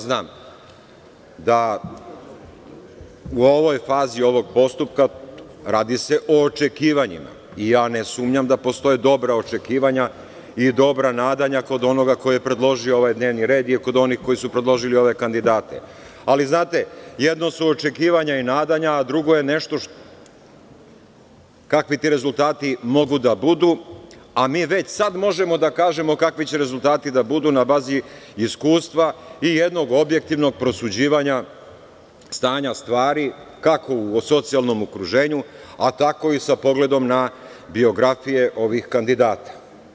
Znam da u fazi ovog postupka radi se o očekivanjima i ja ne sumnjam da postoje dobra očekivanja i dobra nadanja kod onoga koji je predložio ovaj dnevni red i kod onih koji su predložili ove kandidate, ali jedno su očekivanja i nadanja, a dugo je nešto kakvi ti rezultati mogu da budu, a mi već sada možemo da kažemo kakvi će rezultati da budu na bazi iskustva i jednog objektivnog prosuđivanja stanja stvari kako u socijalnom okruženju, a tako i sa pogledom na biografije ovih kandidata.